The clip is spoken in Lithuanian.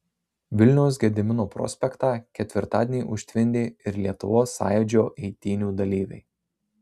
vilniaus gedimino prospektą ketvirtadienį užtvindė ir lietuvos sąjūdžio eitynių dalyviai